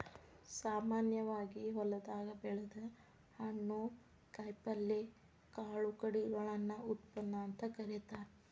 ಸಾಮಾನ್ಯವಾಗಿ ಹೊಲದಾಗ ಬೆಳದ ಹಣ್ಣು, ಕಾಯಪಲ್ಯ, ಕಾಳು ಕಡಿಗಳನ್ನ ಉತ್ಪನ್ನ ಅಂತ ಕರೇತಾರ